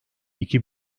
iki